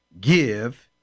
Give